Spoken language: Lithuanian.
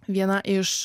viena iš